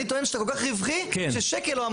אני טוען שאתה כל כך רווחי ששקל לא אמור